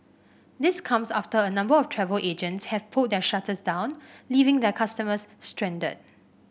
this comes after a number of travel agents have pulled their shutters down leaving their customers stranded